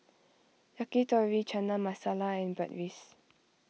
Yakitori Chana Masala and Bratwurst